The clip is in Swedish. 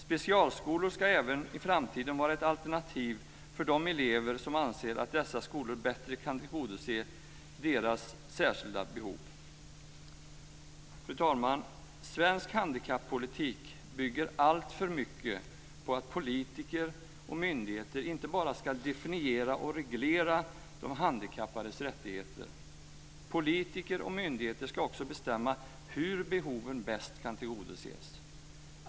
Specialskolor ska även i framtiden vara ett alternativ för de elever som anser att dessa skolor bättre kan tillgodose deras särskilda behov. Fru talman! Svensk handikappolitik bygger alltför mycket på att politiker och myndigheter inte bara ska definiera och reglera de handikappades rättigheter, politiker och myndigheter ska också bestämma hur behoven bäst kan tillgodoses.